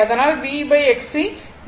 அதனால் I IR IL IC ஆகும்